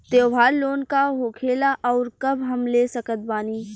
त्योहार लोन का होखेला आउर कब हम ले सकत बानी?